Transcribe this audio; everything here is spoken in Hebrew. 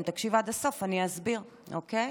אם תקשיב עד הסוף אני אסביר, אוקיי?